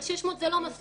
אבל 600 זה לא מספיק.